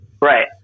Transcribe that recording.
Right